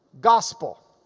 gospel